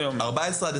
אוקיי.